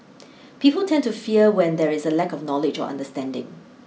people tend to fear when there is a lack of knowledge or understanding